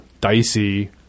dicey